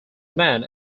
man